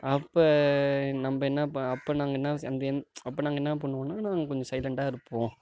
அப்போ நம்ம என்ன ப அப்போ நாங்கள் என்ன செய்யா அப்போ நாங்கள் என்ன பண்ணுவோனால் நாங்கள் கொஞ்சம் சைலண்டாக இருப்போம்